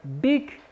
big